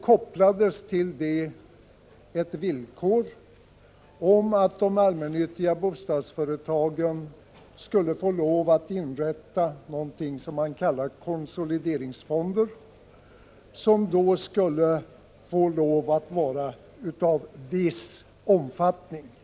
Till detta kopplades ett villkor som innebar att de allmännyttiga bostadsföretagen skulle få lov att inrätta någonting som man kallade konsolideringsfonder och som skulle vara av viss omfattning.